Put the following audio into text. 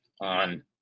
on